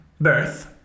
birth